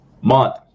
month